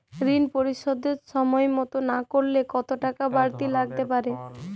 ঋন পরিশোধ সময় মতো না করলে কতো টাকা বারতি লাগতে পারে?